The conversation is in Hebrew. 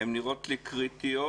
הן נראות לי קריטיות,